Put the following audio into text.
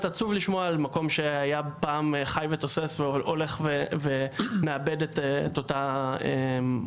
עצוב לשמוע על מקום שהיה פעם חי ותוסס והולך ומאבד את אותו אופי